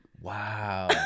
wow